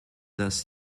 das